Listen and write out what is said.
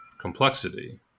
complexity